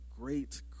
great